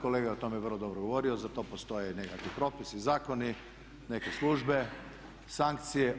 Kolega je o tome vrlo dobro govorio, za to postoje nekakvi propisi, zakoni, neke službe, sankcije.